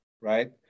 right